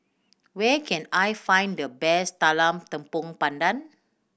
where can I find the best talam tepong pandan